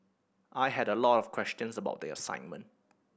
I had a lot of questions about the assignment